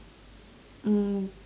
um